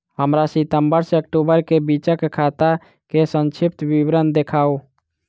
हमरा सितम्बर सँ अक्टूबर केँ बीचक खाता केँ संक्षिप्त विवरण देखाऊ?